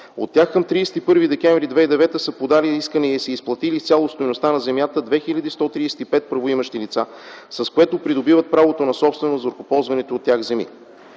От тях към 31 декември 2009 г. са подали искания и са изплатили изцяло стойността на земята 2 хил. 135 правоимащи лица, с което придобиват правото на собственост върху ползваните от тях земи.